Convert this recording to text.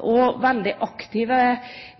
veldig aktive